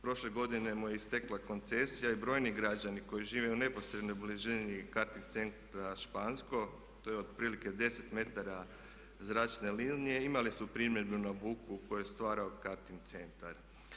Prošle godine mu je istekla koncesija i brojni građani koji žive u neposrednoj blizini Karting centra Špansko, to je otprilike 10 metara zračne linije, imali su primjedbe na buku koji je stvarao Karting centar.